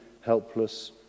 helpless